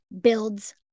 builds